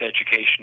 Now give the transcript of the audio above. education